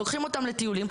לוקחים אותם לטיולים,